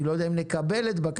אני לא יודע אם נקבל את בקשתך,